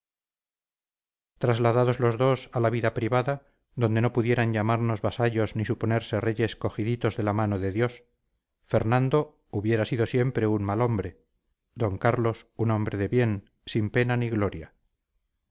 trasladados los dos a la vida privada donde no pudieran llamarnos vasallos ni suponerse reyes cogiditos de la mano de dios fernando hubiera sido siempre un mal hombre d carlos un hombre de bien sin pena ni gloria